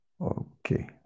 Okay